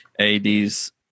ADs